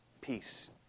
peace